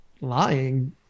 lying